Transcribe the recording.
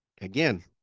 again